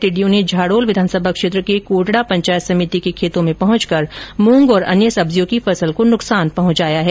टिड्डियों ने झाडोल विघानसभा क्षेत्र के कोटडा पंचायत समिति के खेतों में पहुंचकर मूंग व अन्य सब्जियों की फसल को नुकसान पहुंचाया है